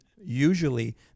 usually